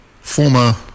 former